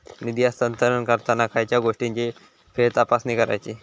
निधी हस्तांतरण करताना खयच्या गोष्टींची फेरतपासणी करायची?